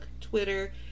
Twitter